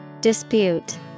Dispute